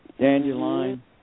dandelion